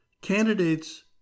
candidates